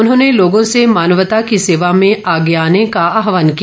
उन्होंने लोगों से मानवता की सेवा में आगे आने का आहवान किया